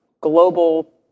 global